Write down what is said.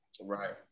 right